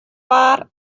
waar